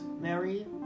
Mary